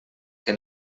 que